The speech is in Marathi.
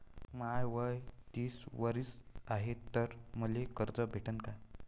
माय वय तीस वरीस हाय तर मले कर्ज भेटन का?